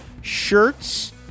shirts